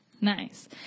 Nice